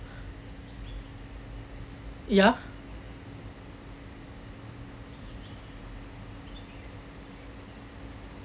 ya